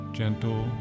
gentle